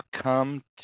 come